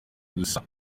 gusa